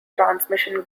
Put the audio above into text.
transmission